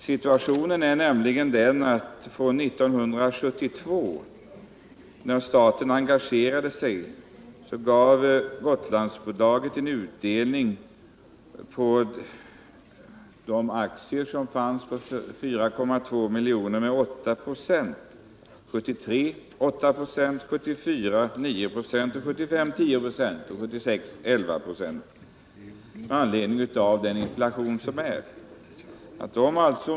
Situationen är den att från 1972, då staten engagerade sig, gav Gotlandsbolaget en utdelning på de aktier som fanns på 4,2 milj.kr. med 896. 1973 var utdelningen 8 96, 1974 9 26, 1975 10 26 och 1976 11 926 med anledning av inflationen.